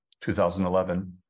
2011